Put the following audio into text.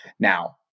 Now